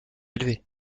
élevés